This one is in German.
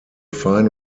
fein